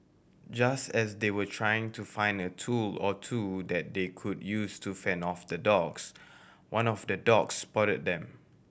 just as they were trying to find a tool or two that they could use to fend off the dogs one of the dogs spotted them